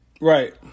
Right